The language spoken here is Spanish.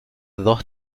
dos